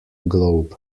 globe